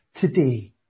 today